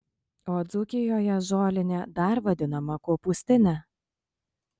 o dzūkijoje žolinė dar vadinama kopūstine